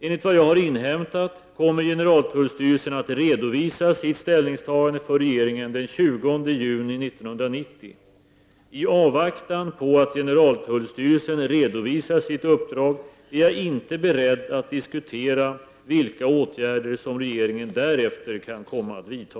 Enligt vad jag har inhämtat kommer generaltullstyrelsen att redovisa sitt ställningstagande för regeringen den 20 juni 1990. I avvaktan på att generaltullstyrelsen redovisar sitt uppdrag är jag inte beredd att diskutera vilka åtgärder som regeringen därefter kan komma att vidta.